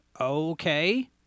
okay